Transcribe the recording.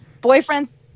Boyfriend's